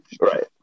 Right